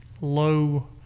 low